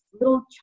little